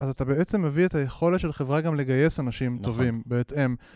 אז אתה בעצם מביא את היכולת של חברה גם לגייס אנשים טובים בהתאם.